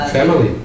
family